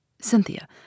Cynthia